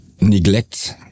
neglect